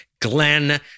Glenn